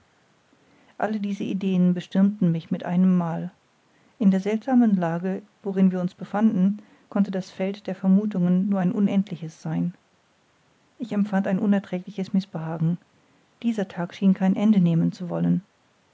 alle diese ideen bestürmten mich mit einem mal in der seltsamen lage worin wir uns befanden konnte das feld der vermuthungen nur ein unendliches sein ich empfand ein unerträgliches mißbehagen dieser tag schien kein ende nehmen zu wollen